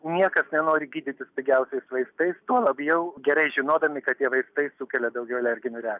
niekas nenori gydytis pigiausiais vaistais tuo labiau gerai žinodami kad tie vaistai sukelia daugiau alerginių reakcijų